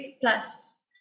plus